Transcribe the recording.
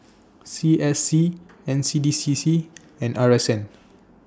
C S C N C D C C and R S N